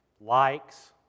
likes